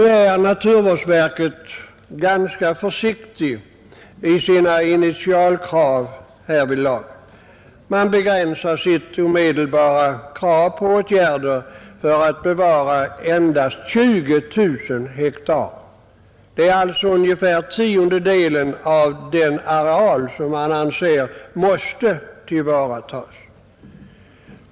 I naturvårdsverket har man varit ganska försiktig i sina initialkrav. Man begränsar sitt omedelbara krav på åtgärder till att bevara endast 20 000 hektar, dvs. ungefär en tiondel av hela den areal som man anser måste tillvaratas.